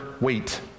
wait